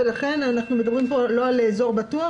לכן אנחנו מדברים פה לא על אזור בטוח,